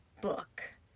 book